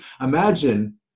Imagine